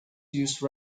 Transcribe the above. use